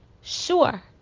Sure